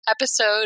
episode